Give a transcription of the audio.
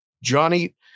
Johnny